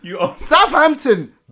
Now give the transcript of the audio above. Southampton